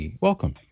welcome